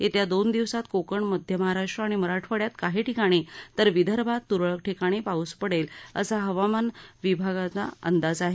येत्या दोन दिवसात कोकण मध्य महाराष्ट्र आणि मराठवाड्यात काही ठिकाणी तर विदर्भात तुरळक ठिकाणी पाऊस पडेल असा अंदाज हवामान विभागानं व्यक्त केला आहे